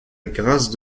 grâce